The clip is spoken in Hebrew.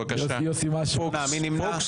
מי נמנע?